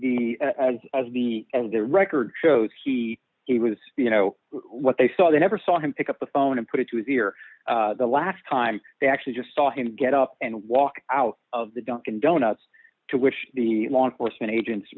the as as the and the record shows he he was you know what they saw they never saw him pick up the phone and put it to his ear the last time they actually just saw him get up and walk out of the dunkin donuts to which the law enforcement agents